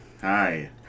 hi